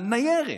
על ניירת.